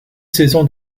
saison